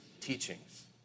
teachings